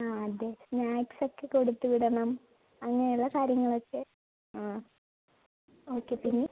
ആ അതെ സ്നാക്സ് ഒക്കെ കൊടുത്തുവിടണം അങ്ങനെയുള്ള കാര്യങ്ങളൊക്കെ ആ ഓക്കെ പിന്നെ